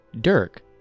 Dirk